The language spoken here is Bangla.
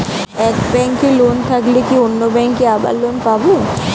এক ব্যাঙ্কে লোন থাকলে কি অন্য ব্যাঙ্কে আবার লোন পাব?